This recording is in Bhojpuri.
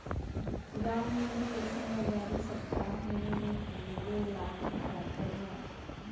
गांव में भी अइसन बाजारी सप्ताह में एक दू दिन लाग जात ह